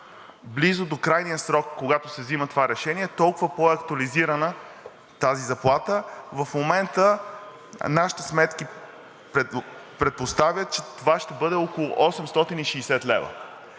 по-близо до крайния срок, когато се взима това решение, толкова е по актуализирана тази заплата. В момента нашите сметки предпоставят, че това ще бъде около 860 лв.